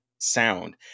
sound